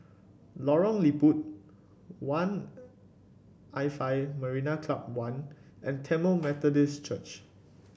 Lorong Liput One l Five Marina Club One and Tamil Methodist Church